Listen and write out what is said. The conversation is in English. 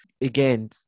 Again